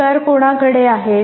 अधिकार कोणाकडे आहेत